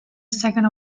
second